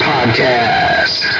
Podcast